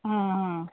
ಹಾಂ ಹಾಂ